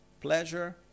Pleasure